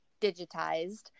digitized